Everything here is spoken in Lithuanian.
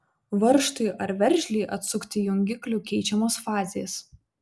varžtui ar veržlei atsukti jungikliu keičiamos fazės